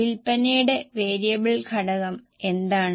വിൽപ്പനയുടെ വേരിയബിൾ ഘടകം എന്താണ്